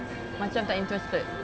macam tak interested